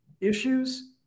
issues